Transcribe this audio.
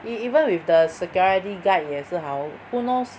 even with the security guide 也是好 who knows